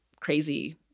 crazy